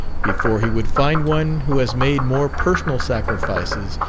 before he would find one who has made more personal sacrifices,